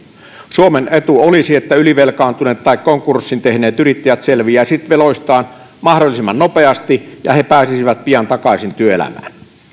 suomen etu olisi että ylivelkaantuneet tai konkurssin tehneet yrittäjät selviäisivät veloistaan mahdollisimman nopeasti ja he pääsisivät pian takaisin työelämään